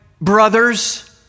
brothers